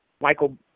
Michael